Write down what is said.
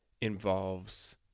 involves